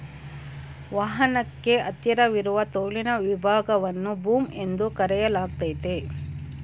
ವಾಹನಕ್ಕೆ ಹತ್ತಿರವಿರುವ ತೋಳಿನ ವಿಭಾಗವನ್ನು ಬೂಮ್ ಎಂದು ಕರೆಯಲಾಗ್ತತೆ